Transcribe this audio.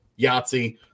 Yahtzee